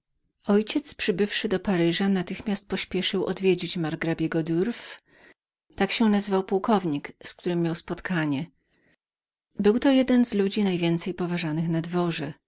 ojciec przybywszy do paryża natychmiast pośpieszył odwiedzić margrabiego durf tak się nazywał pułkownik z którym miał spotkanie był to jeden z ludzi najwięcej poważanych na dworze